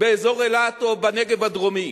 באזור אילת או בנגב הדרומי.